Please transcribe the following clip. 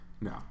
No